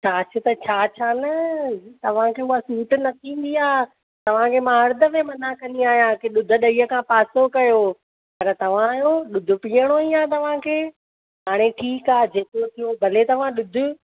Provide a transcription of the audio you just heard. छाछ त छाछ आहे न तव्हांखे उहा सूट न थीन्दी आहे तव्हांखे मां हरदमि ई मना कन्दी आहियां कि ॾुध ड॒हीअ खां पासो कयो पर तव्हां आहियो ॾुधु पीअणो ई आहे तव्हांखे हाणे ठीकु आहे जेको थियो भले तव्हां ॾुधु